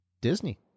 Disney